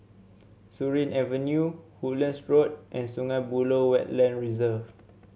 Surin Avenue Woodlands Road and Sungei Buloh Wetland Reserve